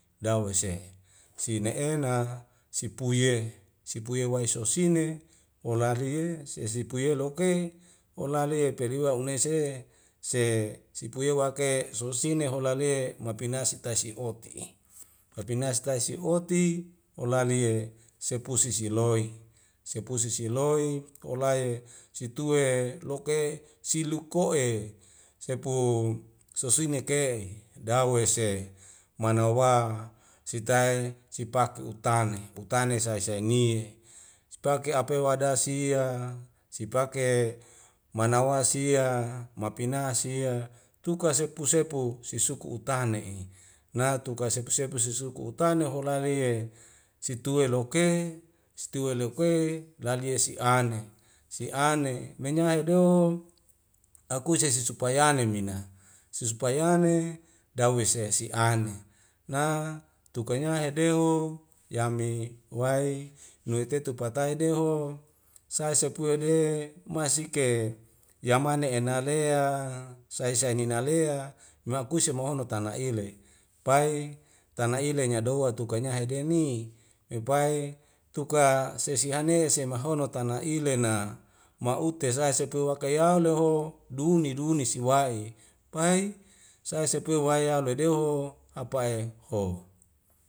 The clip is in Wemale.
Dawese sinae ena sipuye sipuye wai sosine hola lie sesepuye loke olalie pedi waune se se sipuye wake sosine holale mapina sitai si'oti mapina sitai si'oti olalie sepu sisiloi sepu sisi loi olai situe loke siluko'e sepu sosinek ke dawese manawa sitae sipaku utane utane sae sae nie spake apewada sia sipake manawa sia mapina sia tuka sepu sepu sisuku utahan ne'i natuka sepu sepu sesuku utane holalie situe loke situe loke lalie si ane siane menya hedo akuse sesupayane mina susupayane dawese si'ane na tuka nyahedeou yami wae nuweitetu patai deho sae sei pue de masike yamane enalea sae sae nina lea makusi mahono tana ile pai tana ile nyadoa tukanya hedeni mepai tuka sesahane semahono tana ile na maute sae sepuwaka yaule ho duwni duwni siwai pai sae sepue wayau ledeho hapa'e ho